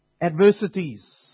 Adversities